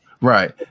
right